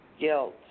guilt